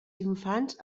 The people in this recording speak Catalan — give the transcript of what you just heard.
infants